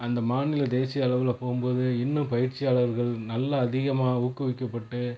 அந்த மாநில தேசிய அளவில் போகும்போது இன்னும் பயிற்சியாளர்கள் நல்ல அதிகமாக ஊக்குவிக்கப்பட்டு